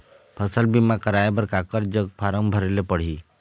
फसल बीमा कराए बर काकर जग फारम भरेले पड़ही?